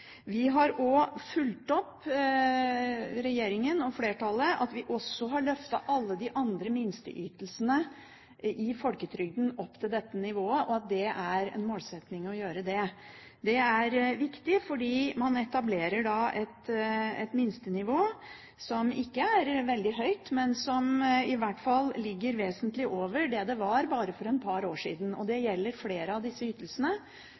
Vi har fulgt opp. Regjeringen og flertallet har løftet også alle de andre minsteytelsene i folketrygden opp på dette nivået. Det har vært en målsetting å gjøre det. Det er viktig, fordi man da etablerer et minstenivå, som ikke er veldig høyt, men som i hvert fall ligger vesentlig over det som var nivået for bare et par år siden. Dette gjelder flere av ytelsene. Jeg vil spesielt peke på at ytelsene